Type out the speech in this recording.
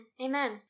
amen